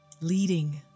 leading